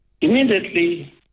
immediately